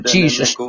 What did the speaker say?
Jesus